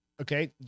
Okay